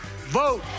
vote